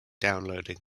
downloading